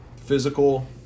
physical